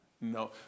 No